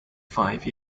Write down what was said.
five